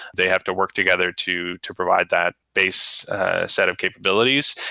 they have to work together to to provide that base set of capabilities,